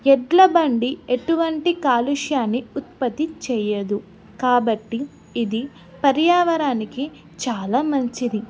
ఎడ్ల బండి ఎటువంటి కాలుష్యాన్ని ఉత్పత్తి చేయదు కాబట్టి ఇది పర్యావరణానికి చాలా మంచిది